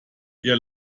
ihr